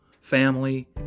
family